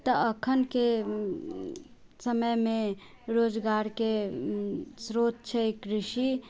तऽ एखनके समयमे रोजगारके स्रोत छै कृषि